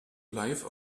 live